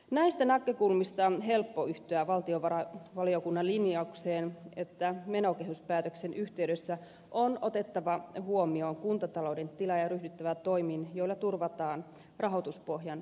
näistä näkökulmista on helppo yhtyä valtiovarainvaliokunnan linjaukseen että menokehyspäätöksen yhteydessä on otettava huomioon kuntatalouden tila ja ryhdyttävä toimiin joilla turvataan rahoituspohjan kestävyys